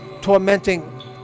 tormenting